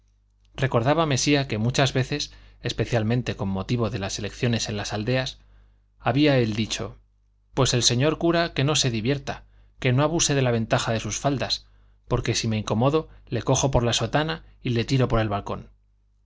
recordaba mesía que muchas veces especialmente con motivo de las elecciones en las aldeas había él dicho v gr pues el señor cura que no se divierta que no abuse de la ventaja de sus faldas porque si me incomodo le cojo por la sotana y le tiro por el balcón